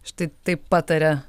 štai taip pataria